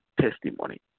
testimony